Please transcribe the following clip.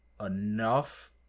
enough